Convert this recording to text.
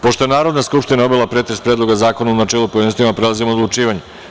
Pošto je Narodna skupština obavila pretres Predloga zakona u načelu i u pojedinostima, prelazimo na odlučivanje.